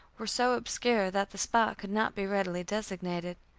were so obscure that the spot could not be readily designated.